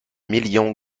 million